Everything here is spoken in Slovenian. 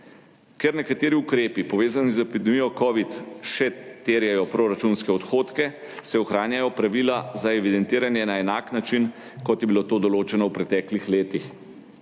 Ker nekateri ukrepi, povezani z epidemijo covid, še terjajo proračunske odhodke, se ohranjajo pravila za evidentiranje na enak način, kot je bilo to določeno v preteklih letih.